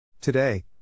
Today